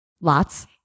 Lots